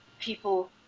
people